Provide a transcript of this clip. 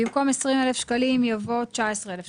במקום "20,000 שקלים" יבוא "19,000 שקלים".